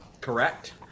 Correct